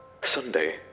Sunday